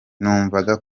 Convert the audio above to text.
numvaga